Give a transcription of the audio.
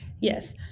Yes